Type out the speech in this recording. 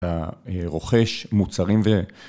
רוכש מוצרים ו..